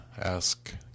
ask